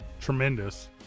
tremendous